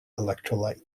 electrolyte